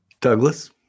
Douglas